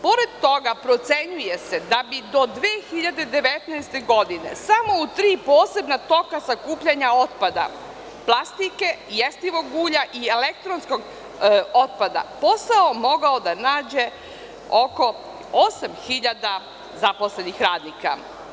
Pored toga, procenjuje se da bi do 2019. godine samo u tri posebna toka sakupljanja otpada plastike i jestivog ulja i elektronskog otpada posao mogu da nađu oko 8.000 zaposlenih radnika.